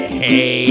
hey